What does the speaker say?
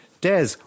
des